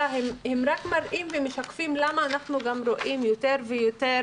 מראים ומשקפים למה אנחנו רואים יותר ויותר